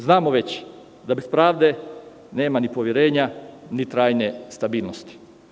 Znamo da bez pravde nema ni poverenja, ni trajne stabilnosti.